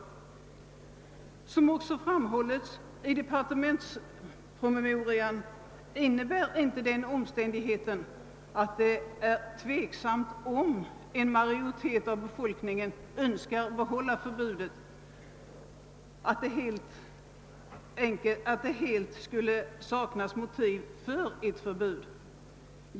Departementschefen skriver i propositionen: »Som framhållits i departementspromemorian innebär inte den omständigheten att det är tveksamt om en majoritet av befolkningen önskar behålla förbudet att det helt skulle saknas motiv för ett förbud.